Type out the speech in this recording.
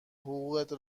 حقوقت